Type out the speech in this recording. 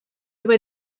über